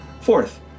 Fourth